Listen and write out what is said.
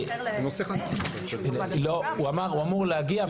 חבר הכנסת ארז מלול אמור להגיע,